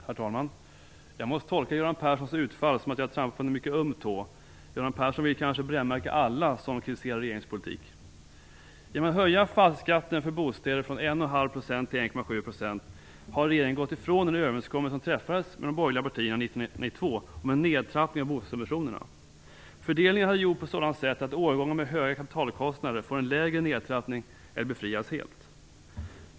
Herr talman! Jag måste tolka Göran Perssons utfall så att jag har trampat på en mycket öm tå. Göran Persson vill kanske brännmärka alla som kritiserar regeringens politik. Genom att höja fastighetsskatten på bostäder från 1,5 % till 1,7 % har regeringen gått ifrån den överenskommelse om en nedtrappning av bostadssubventionerna som träffades med de borgerliga partierna 1992. Fördelningen har gjorts på ett sådant sätt att årgångar med höga kapitalkostnader får en lägre nedtrappning eller befrias helt.